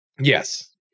Yes